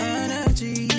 energy